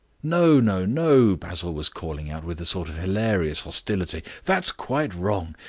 no, no, no, basil was calling out, with a sort of hilarious hostility. that's quite wrong.